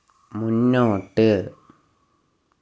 മുന്നോട്ട്